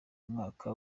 umwaka